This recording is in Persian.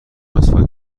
مسواک